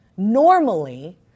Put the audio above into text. Normally